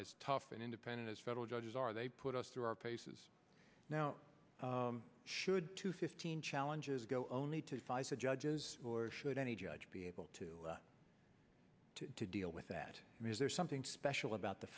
as tough and independent as federal judges are they put us through our paces now should two fifteen challenges go only to face the judges or should any judge be able to to deal with that is there something special about the